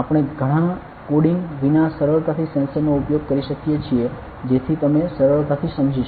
આપણે ઘણાં કોડિંગ વિના સરળતાથી સેન્સરનો ઉપયોગ કરી શકીએ છીએ જેથી તમે સરળતાથી સમજી શકો